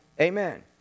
Amen